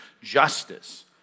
justice